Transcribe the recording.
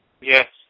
Yes